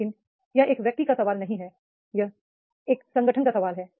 लेकिन यह एक व्यक्ति का सवाल नहीं है यह संगठन का सवाल है